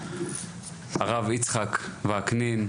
לשעבר, הרב יצחק וקנין,